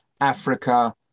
Africa